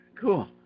Cool